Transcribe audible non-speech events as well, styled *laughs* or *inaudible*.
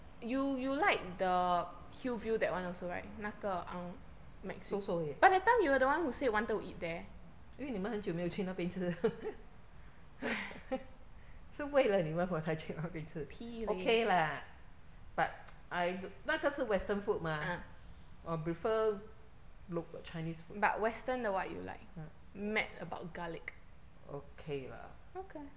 so-so 而已 *laughs* 因为你们很久没有去那边吃 *laughs* 是为了你们我才去那边吃 okay lah but I 那个是 western food mah 我 prefer local chinese food okay lah